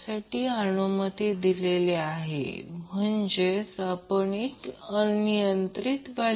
तर j 2 म्हणजे 1 तर ते RL 2 XL 2 असेल